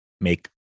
make